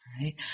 right